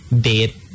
date